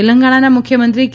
તેલંગણાના મુખ્યમંત્રી કે